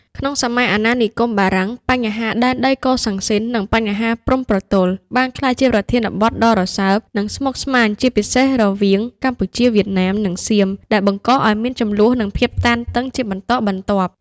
ក្នុងសម័យអាណានិគមបារាំង បញ្ហាដែនដីកូសាំងស៊ីន និងបញ្ហាព្រំប្រទល់បានក្លាយជាប្រធានបទដ៏រសើប និងស្មុគស្មាញ ជាពិសេសរវាងកម្ពុជា វៀតណាម និងសៀម ដែលបង្កឱ្យមានជម្លោះនិងភាពតានតឹងជាបន្តបន្ទាប់។